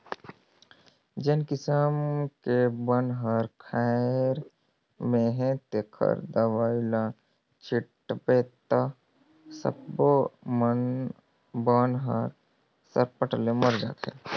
जेन किसम के बन हर खायर में हे तेखर दवई ल छिटबे त सब्बो बन हर सरपट ले मर जाथे